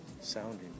Sounding